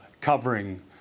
covering